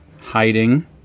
hiding